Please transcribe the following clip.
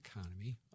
economy